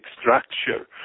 structure